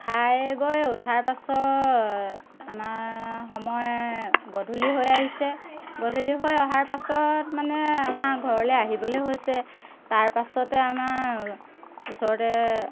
খাই বৈ উঠাৰ পাছত আমাৰ সময় গধূলি হৈ আহিছে গধূলি হৈ অহাৰ পাছত মানে আমাৰ ঘৰলৈ আহিবলৈ হৈছে তাৰ পাছতে আমাৰ ওচৰতে